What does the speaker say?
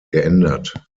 geändert